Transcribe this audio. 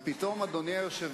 אתם עם הישיבות,